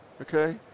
okay